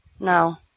No